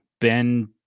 Ben